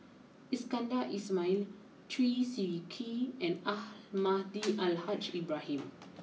Iskandar Ismail Chew Swee Kee and Almahdi Al Haj Ibrahim